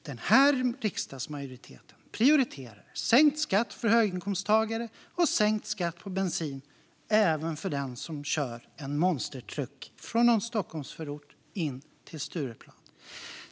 Den här riksdagsmajoriteten prioriterar sänkt skatt för höginkomsttagare och sänkt skatt på bensin även för den som kör en monstertruck från någon Stockholmsförort in till Stureplan.